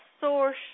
Source